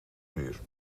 uur